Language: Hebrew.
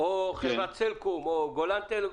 או חברת סלקום וכדומה.